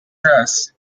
dress